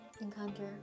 encounter